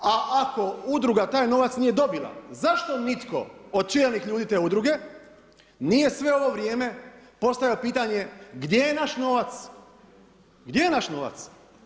A ako udruga taj novac nije dobila, zašto nitko od čelnih ljudi te udruge nije sve ovo vrijeme postavio pitanje gdje je naš novac, gdje je naš novac?